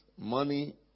Money